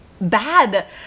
bad